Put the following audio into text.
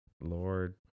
lord